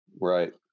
Right